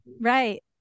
Right